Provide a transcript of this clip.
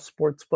sportsbook